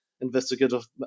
investigative